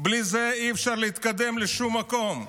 בלי זה, אי-אפשר להתקדם לשום מקום.